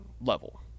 level